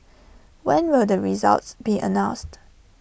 when will the results be announced